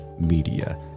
Media